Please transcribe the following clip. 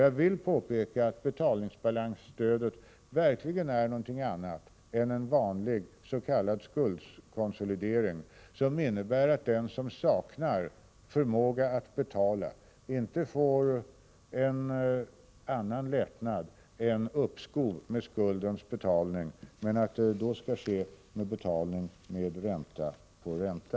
Jag vill påpeka att betalningsbalansstödet verkligen är någonting annat än en vanlig s.k. skuldkonsolidering, som innebär att den som saknar förmåga att betala inte får annan lättnad än uppskov med skuldbetalningarna som växer med ränta på ränta.